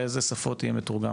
לאיזה שפות הוא יהיה מתורגם?